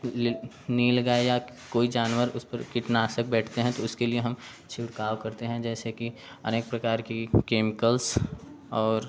लील नील गाय आ कर कोई जानवर उस पर कीटनाशक बैठते हैं तो उसके लिए हम छिड़काव करते हैं जैसे कि अनेक प्रकार की केमिकल्स और